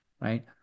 right